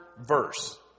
verse